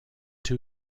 two